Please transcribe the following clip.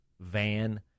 van